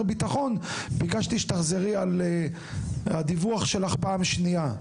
ביטחון ביקשתי שתחזרי על הדיווח שלך פעם שנייה.